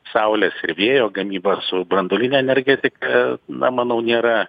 saulės ir vėjo gamybą su branduoline energetika na manau nėra